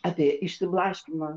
apie išsiblaškymą